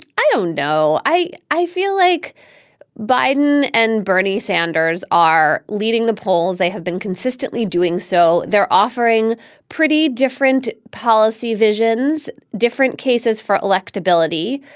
i don't know, i i feel like biden and bernie sanders are leading the polls. they have been consistently doing so. they're offering pretty different. policy visions, different cases for electability,